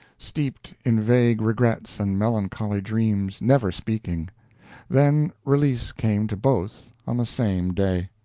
steeped in vague regrets and melancholy dreams, never speaking then release came to both on the same day.